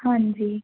ਹਾਂਜੀ